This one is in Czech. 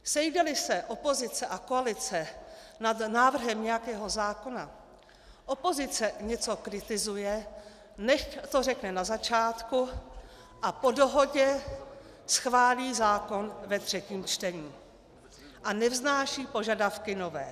Sejdeli se opozice a koalice nad návrhem nějakého zákona, opozice něco kritizuje, nechť to řekne na začátku a po dohodě schválí zákon ve třetím čtení a nevznáší požadavky nové.